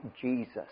Jesus